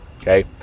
Okay